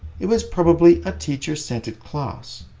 it was probably a teacher-centered class.